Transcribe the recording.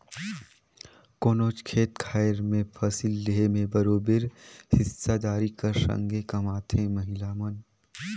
कोनोच खेत खाएर में फसिल लेहे में बरोबेर हिस्सादारी कर संघे कमाथें महिला मन